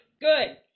good